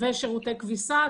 ושירותי כביסה,